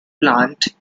plant